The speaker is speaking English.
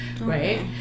right